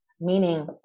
meaning